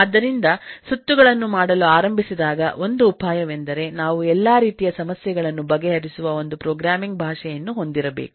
ಆದ್ದರಿಂದಸುತ್ತುಗಳನ್ನು ಮಾಡಲು ಆರಂಭಿಸಿದಾಗ ಒಂದು ಉಪಾಯವೆಂದರೆ ನಾವು ಎಲ್ಲಾ ರೀತಿಯ ಸಮಸ್ಯೆಗಳನ್ನು ಬಗೆಹರಿಸುವ ಒಂದು ಪ್ರೋಗ್ರಾಮಿಂಗ್ ಭಾಷೆಯನ್ನು ಹೊಂದಿರಬೇಕು